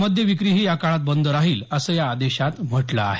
मद्य विक्रीही या काळात बंद राहील असं या आदेशात म्हटलं आहे